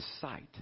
sight